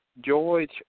George